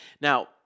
Now